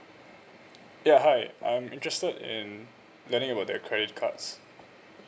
ya hi I'm interested in the renewal of the credit cards